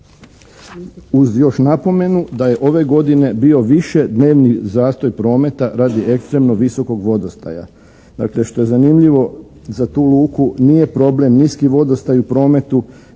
Uz još napomenu da je ove godine bio višednevni zastoj prometa radi ekstremno visokog vodostaja. Dakle, što je zanimljivo za tu luku nije problem niski vodostaj u prometu